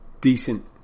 Decent